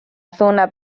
zona